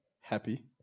happy